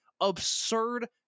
absurd